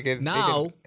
now